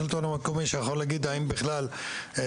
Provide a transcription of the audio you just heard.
המקומי שיכול להגיד האם זה בכלל אפשרי?